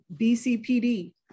BCPD